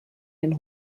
den